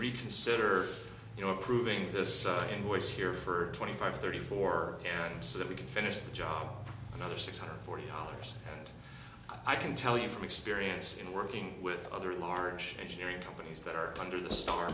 reconsider you know approving the sucking ways here for twenty five thirty four and so that we can finish the job another six hundred forty dollars and i can tell you from experience in working with other large engineering companies that are under the star